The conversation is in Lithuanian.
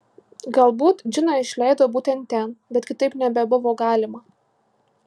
galbūt džiną išleido būtent ten bet kitaip nebebuvo galima